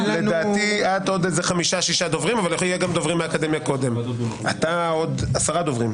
לנו שהוא יודע להסתדר יופי בלי עילת הסבירות.